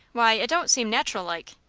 why, it don't seem natural-like.